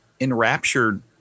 enraptured